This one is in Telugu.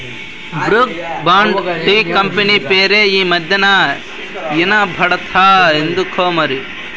బ్రూక్ బాండ్ టీ కంపెనీ పేరే ఈ మధ్యనా ఇన బడట్లా ఎందుకోమరి